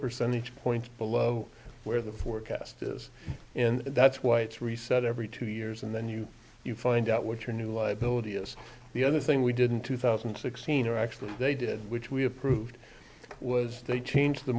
percentage points below where the forecast is in that's why it's reset every two years and then you you find out what your new liability is the other thing we didn't two thousand and sixteen or actually they did which we approved was they change the